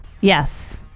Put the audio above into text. Yes